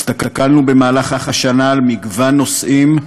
הסתכלנו במהלך השנה על מגוון נושאים,